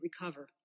recover